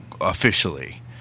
officially